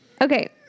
Okay